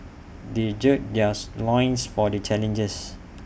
they gird theirs loins for the challenge